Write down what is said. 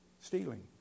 stealing